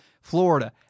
Florida